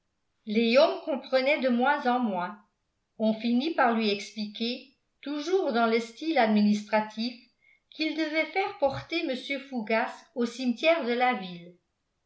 léon comprenait de moins en moins on finit par lui expliquer toujours dans le style administratif qu'il devait faire porter mr fougas au cimetière de la ville